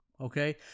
okay